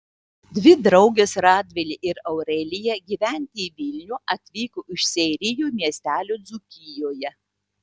dvi draugės radvilė ir aurelija gyventi į vilnių atvyko iš seirijų miestelio dzūkijoje